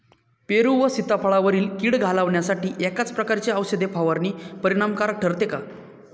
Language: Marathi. पेरू व सीताफळावरील कीड घालवण्यासाठी एकाच प्रकारची औषध फवारणी परिणामकारक ठरते का?